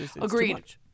Agreed